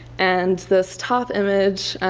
and this top image